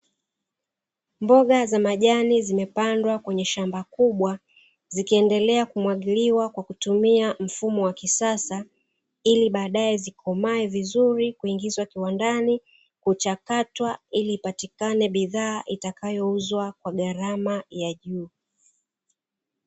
Mboga za majani zimepandwa kwenye shamba kubwa zikiendelea kumwagiliwa ziweze kukomaa na kuvunwa